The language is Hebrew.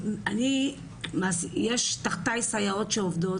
יש תחתיי סייעות שעובדות,